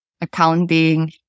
accounting